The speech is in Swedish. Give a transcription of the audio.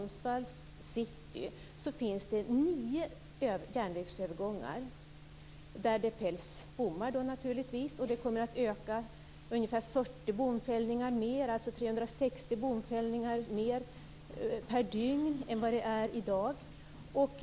Det finns nu nio järnvägsövergångar med bommar i Sundsvalls centrum. Antalet bomfällningar kommer sammantaget att öka med 360 per dygn jämfört med i dag.